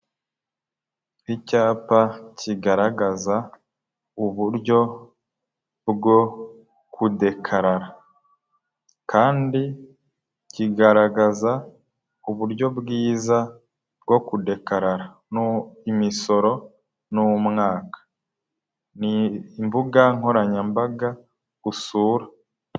Icyapa kigaragaza uburyo bwo kudekarara kandi kigaragaza uburyo bwiza bwo kudekarara, n'ubw'imisoro, n'umwaka, ni imbuga nkoranyambaga usura.